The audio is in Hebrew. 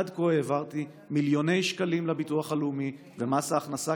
עד כה העברתי מיליוני שקלים לביטוח הלאומי ולמס הכנסה,